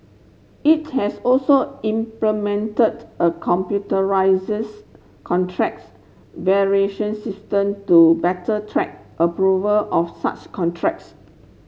it has also implemented a contracts variation system to better track approval of such contracts